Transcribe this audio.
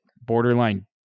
borderline